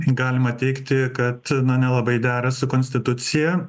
galima teigti kad na nelabai dera su konstitucija